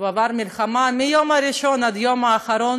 והוא עבר את המלחמה מהיום הראשון ועד היום האחרון,